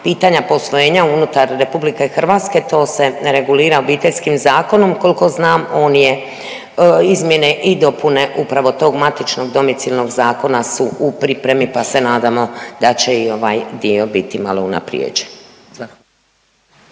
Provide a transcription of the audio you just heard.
pitanja posvojenja unutar RH, to se regulira Obiteljskim zakonom kolko znam, on je, izmjene i dopune upravo tog matičnog domicilnog zakona su u pripremi, pa se nadamo da će i ovaj dio biti malo unaprijeđen.